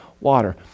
water